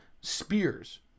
spears